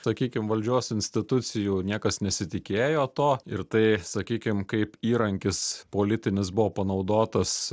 sakykim valdžios institucijų niekas nesitikėjo to ir tai sakykim kaip įrankis politinis buvo panaudotas